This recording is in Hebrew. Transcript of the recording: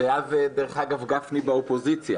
ואז ודרך אגב גפני באופוזיציה.